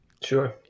Sure